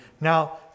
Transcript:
Now